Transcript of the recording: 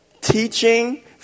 teaching